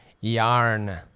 yarn